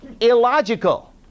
illogical